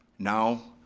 now,